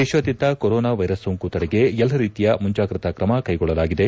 ದೇಶಾದ್ಯಂತ corona virus ಸೋಂಕು ತಡೆಗೆ ಎಲ್ಲ ರೀತಿಯ ಮುಂಜಾಗ್ರತಾ ಕ್ರಮ ಕೈಗೊಳ್ಳಲಾಗಿದೆ